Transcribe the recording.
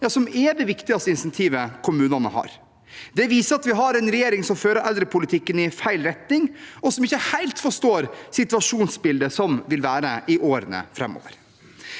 er det viktigste insentivet kommunene har. Det viser at vi har en regjering som fører eldrepolitikken i feil retning, og som ikke helt forstår situasjonsbildet slik det vil være i årene framover.